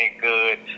good